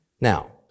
Now